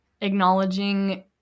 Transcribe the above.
acknowledging